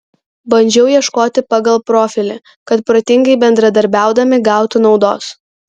bandžiau ieškoti pagal profilį kad protingai bendradarbiaudami gautų naudos